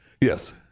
yes